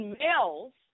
males